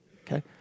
Okay